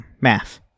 math